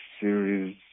series